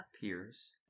Peers